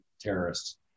terrorists